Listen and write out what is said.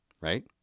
right